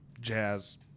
jazz